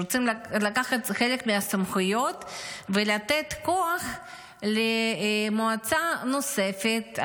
רוצים לקחת חלק מהסמכויות ולתת כוח למועצה נוספת,